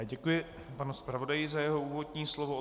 Já děkuji panu zpravodaji za jeho úvodní slovo.